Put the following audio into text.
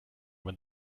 when